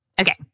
Okay